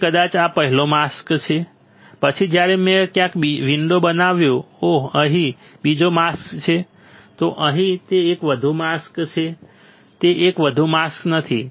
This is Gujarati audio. તેથી કદાચ આ પહેલો માસ્ક છે પછી જ્યારે મેં ક્યાંક વિન્ડો બનાવ્યો ઓહ અહીં બીજો માસ્ક છે તો અહીં તે એક વધુ માસ્ક છે તે એક વધુ માસ્ક નથી